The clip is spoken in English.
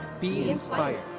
be inspired.